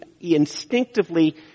instinctively